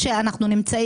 מי נמנע?